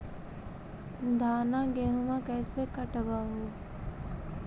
धाना, गेहुमा कैसे कटबा हू?